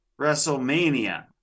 WrestleMania